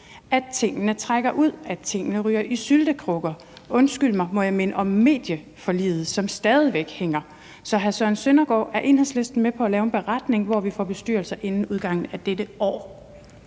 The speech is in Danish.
at tingene trækker ud, at tingene ryger i syltekrukker. Undskyld mig, må jeg minde om medieforliget, som stadig væk hænger? Så hr. Søren Søndergaard, er Enhedslisten med på at lave en beretning, som sikrer, at vi får bestyrelser inden udgangen af dette år?